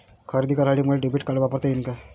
खरेदी करासाठी मले डेबिट कार्ड वापरता येईन का?